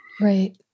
right